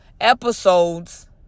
episodes